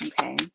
Okay